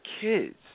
kids